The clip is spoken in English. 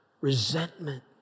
resentment